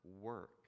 work